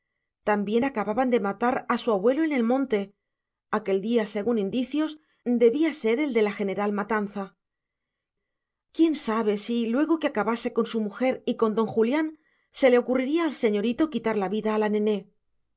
también acababan de matar a su abuelo en el monte aquel día según indicios debía ser el de la general matanza quién sabe si luego que acabase con su mujer y con don julián se le ocurriría al señorito quitar la vida a la nené